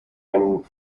and